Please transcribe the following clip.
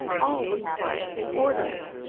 all was quiet and orderly.